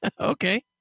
Okay